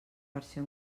versió